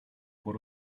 por